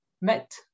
met